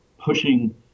pushing